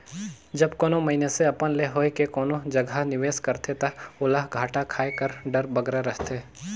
जब कानो मइनसे अपन ले होए के कोनो जगहा निवेस करथे ता ओला घाटा खाए कर डर बगरा रहथे